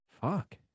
Fuck